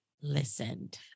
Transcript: listened